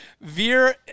Veer